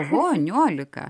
ho niolika